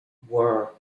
were